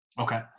Okay